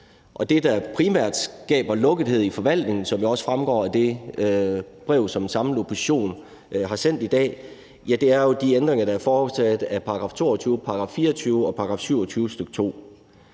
det, der primært skaber lukkethed i forvaltningen, som det også fremgår af det brev, en samlet opposition har sendt i dag, er jo de ændringer, der er foretaget af § 22, § 24 og § 27, stk. 2.